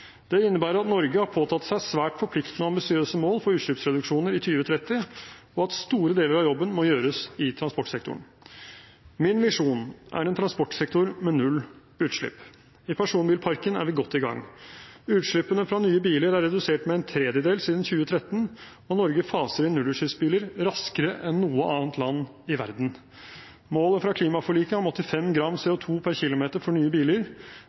Det innebærer at Norge har påtatt seg svært forpliktende og ambisiøse mål for utslippsreduksjoner i 2030, og at store deler av jobben må gjøres i transportsektoren. Min visjon er en transportsektor med null utslipp. Når det gjelder personbilparken, er vi godt i gang. Utslippene fra nye biler er redusert med en tredjedel siden 2013, og Norge faser inn nullutslippsbiler raskere enn noe annet land i verden. Målet fra klimaforliket om 85 gram CO 2 /km for nye biler